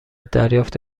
دریافت